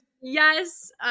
Yes